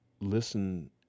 listen